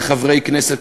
כחברי הכנסת,